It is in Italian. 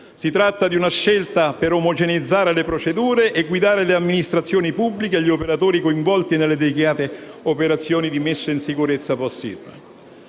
Si tratta di una scelta per omogeneizzare le procedure e guidare le amministrazioni pubbliche e gli operatori coinvolti nelle delicate operazioni di messa in sicurezza post sisma.